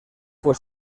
fue